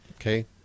okay